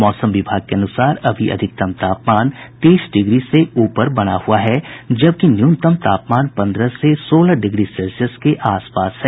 मौसम विभाग के अनुसार अभी अधिकतम तापमान तीस डिग्री से ऊपर बना हुआ है जबकि न्यूनतम तापमान पन्द्रह से सोलह डिग्री सेल्सियस के आस पास है